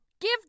Give